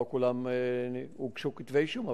לא נגד כולם הוגשו כתבי-אישום,